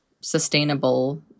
sustainable